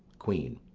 queen.